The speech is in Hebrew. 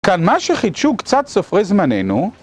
כאן מה שחידשו קצת סופרי זמננו.